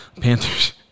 Panthers